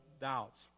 doubts